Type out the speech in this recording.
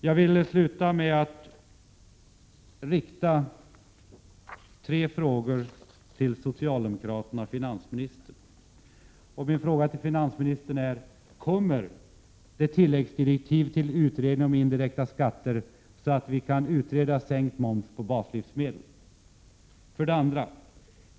Jag vill avsluta anförandet med att rikta tre frågor till socialdemokraterna, i första hand till finansministern: 1. Kommer det tilläggdirektiv till utredningen om indirekta skatter, så att vi kan utreda frågan om sänkt moms på baslivsmedel? 2.